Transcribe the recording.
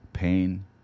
pain